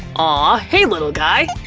ah hey, little guy!